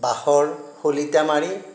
বাহৰ শলিতা মাৰি